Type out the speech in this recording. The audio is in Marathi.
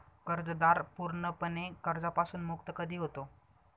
कर्जदार पूर्णपणे कर्जापासून मुक्त कधी होतो?